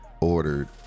ordered